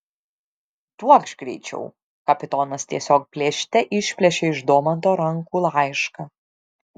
duokš greičiau kapitonas tiesiog plėšte išplėšė iš domanto rankų laišką